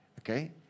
okay